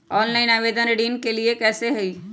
Online आवेदन ऋन के लिए कैसे हुई?